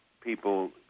people